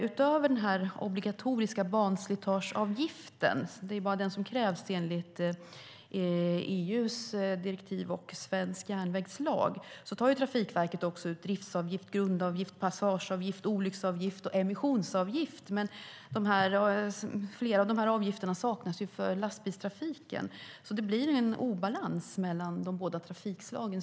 Utöver den obligatoriska banslitageavgiften - det är bara den som krävs enligt EU:s direktiv och svensk järnvägslag - tar ju Trafikverket också ut driftsavgift, grundavgift, passageavgift, olycksavgift och emissionsavgift. Flera av de avgifterna saknas för lastbilstrafiken, så det blir en obalans mellan de båda trafikslagen.